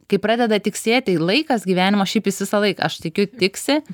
kai pradeda tiksėti laikas gyvenimo šiaip jis visą laiką aš tikiu tiksi